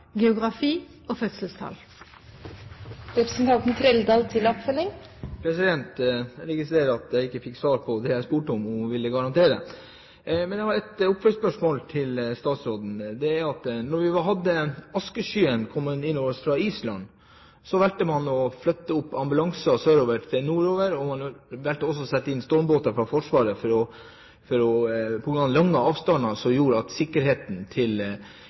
geografi og fødselstall. Jeg registrerer at jeg ikke fikk svar på det jeg spurte om, om statsråden ville garantere. Men jeg har et oppfølgingsspørsmål til statsråden. Da askeskyen kom innover oss fra Island, valgte man å flytte ambulanser sørfra og nordover, og man valgte også å sette inn stormbåter fra Forsvaret på grunn av lange avstander, slik at sikkerheten til